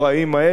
ההיפך.